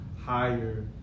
higher